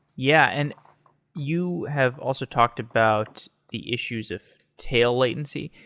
yeah. and you have also talked about the issues of tail latency,